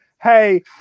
Hey